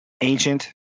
ancient